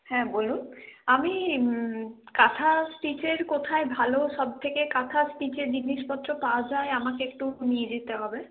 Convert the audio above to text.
হ্যাঁ বলুন আমি কাঁথা স্টিচের কোথায় ভালো সবথেকে কাঁথা স্টিচের জিনিসপত্র পাওয়া যায় আমাকে একটু নিয়ে যেতে হবে